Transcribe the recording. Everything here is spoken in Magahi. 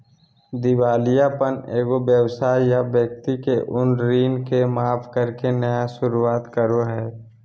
दिवालियापन एगो व्यवसाय या व्यक्ति के उन ऋण के माफ करके नया शुरुआत करो हइ